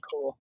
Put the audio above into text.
cool